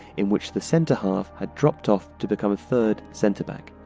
in which the centre-half had dropped off to become a third, centre back.